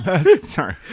Sorry